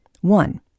One